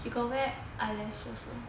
she got where eyelash also